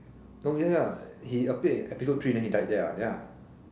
oh ya he appeared in episode three then he died there what ya